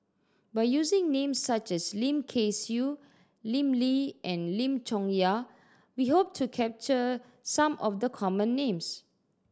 by using names such as Lim Kay Siu Lim Lee and Lim Chong Yah we hope to capture some of the common names